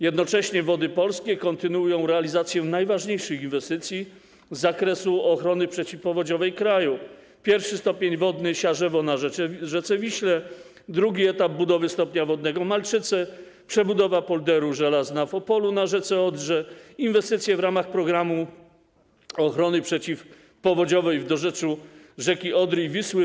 Jednocześnie Wody Polskie kontynuują realizację najważniejszych inwestycji z zakresu ochrony przeciwpowodziowej kraju: pierwszy stopień wodny Siarzewo na rzece Wiśle, drugi etap budowy stopnia wodnego Malczyce, przebudowa polderu Żelazna w Opolu na rzece Odrze, inwestycje w ramach programu ochrony przeciwpowodziowej w dorzeczu rzek Odry i Wisły.